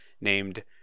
named